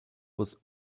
was